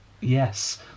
Yes